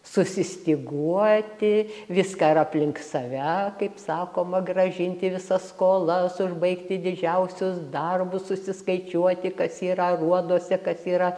susistyguoti viską ir aplink save kaip sakoma grąžinti visas skolas užbaigti didžiausius darbus susiskaičiuoti kas yra aruoduose kas yra